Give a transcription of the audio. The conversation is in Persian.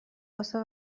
واسه